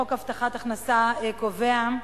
חוק הבטחת הכנסה קובע,